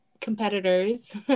competitors